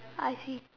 I see